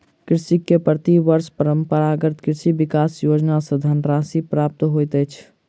कृषक के प्रति वर्ष परंपरागत कृषि विकास योजना सॅ धनराशि प्राप्त होइत अछि